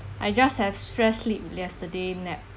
I just have stress sleep yesterday nap